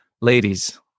ladies